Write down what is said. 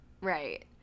right